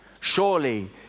Surely